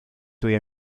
tuoi